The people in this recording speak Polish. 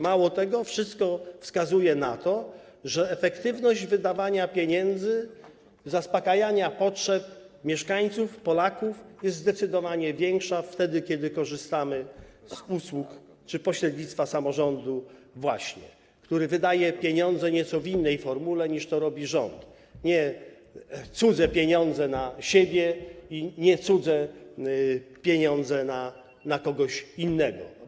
Mało tego, wszystko wskazuje na to, że efektywność wydawania pieniędzy i zaspokajania potrzeb mieszkańców, Polaków, jest zdecydowanie większa wtedy, kiedy korzystamy z usług czy pośrednictwa właśnie samorządu, który wydaje pieniądze nieco w innej formule, niż to robi rząd - nie cudze pieniądze na siebie i nie cudze pieniądze na kogoś innego.